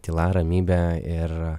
tyla ramybe ir